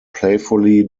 playfully